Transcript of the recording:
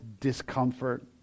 discomfort